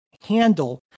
handle